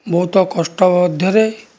ବହୁତ କଷ୍ଟ ମଧ୍ୟରେ